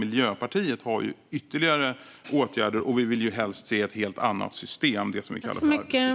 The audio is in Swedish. Miljöpartiet har ytterligare åtgärder, och vi vill helst se ett helt annat system - det som vi kallar för arbetslivstrygghet.